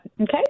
Okay